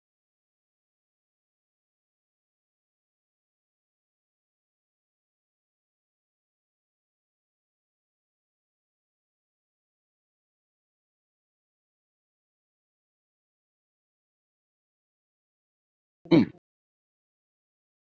mm